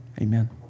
Amen